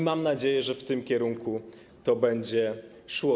Mam nadzieję, że w tym kierunku to będzie szło.